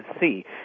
see